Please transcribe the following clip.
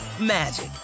magic